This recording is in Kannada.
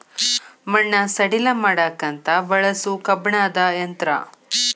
ಮಣ್ಣ ಸಡಿಲ ಮಾಡಾಕಂತ ಬಳಸು ಕಬ್ಬಣದ ಯಂತ್ರಾ